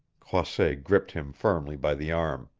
croisset gripped him firmly by the arm.